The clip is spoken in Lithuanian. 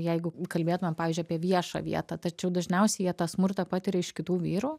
jeigu kalbėtumėm pavyzdžiui apie viešą vietą tačiau dažniausiai jie tą smurtą patiria iš kitų vyrų